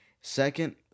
Second